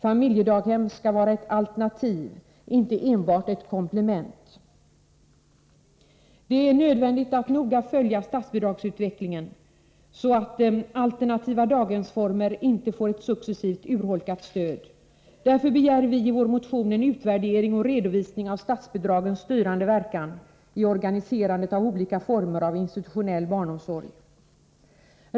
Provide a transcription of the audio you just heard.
Familjedaghem skall vara ett alternativ, inte bara ett komplement. Det är nödvändigt att noga följa statsbidragsutvecklingen, så att alternativa daghemsformer inte får ett successivt urholkat stöd. Därför begär vi i vår motion en utvärdering och en redovisning av statsbidragens styrande verkan i organiserandet av olika former av institutionell barnomsorg.